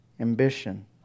ambition